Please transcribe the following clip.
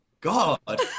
God